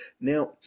Now